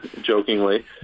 jokingly